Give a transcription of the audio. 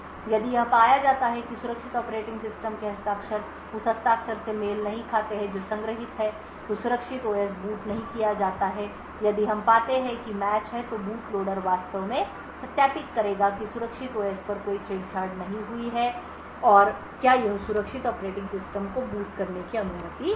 यदि यह पाया जाता है कि सुरक्षित ऑपरेटिंग सिस्टम के हस्ताक्षर उस हस्ताक्षर से मेल नहीं खाते हैं जो संग्रहीत है तो सुरक्षित ओएस बूट नहीं किया जाता है यदि हम पाते हैं कि मैच है तो बूट लोडर वास्तव में सत्यापित करेगा कि सुरक्षित ओएस पर कोई छेड़छाड़ नहीं हुई है और क्या यह सुरक्षित ऑपरेटिंग सिस्टम को बूट करने की अनुमति दे सकता है